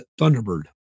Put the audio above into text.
Thunderbird